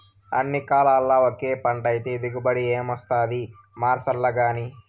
అన్ని కాలాల్ల ఒకే పంటైతే దిగుబడి ఏమొస్తాది మార్సాల్లగానీ